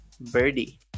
Birdie